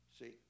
See